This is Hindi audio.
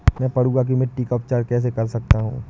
मैं पडुआ की मिट्टी का उपचार कैसे कर सकता हूँ?